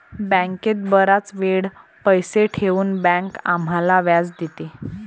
बँकेत बराच वेळ पैसे ठेवून बँक आम्हाला व्याज देते